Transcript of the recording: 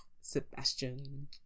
sebastian